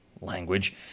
language